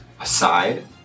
aside